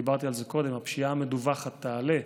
דיברתי על זה קודם: הפשיעה המדווחת תעלה.